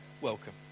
welcome